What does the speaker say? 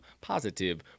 positive